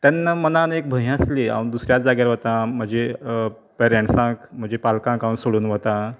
तेन्न मनांत एक भंय आसली हांव दुसऱ्यात जाग्यार वता म्हजी पॅरँटसांक म्हजे पालकांक हांव सोडून वता